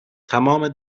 تمام